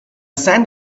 sand